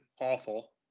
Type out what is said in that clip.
awful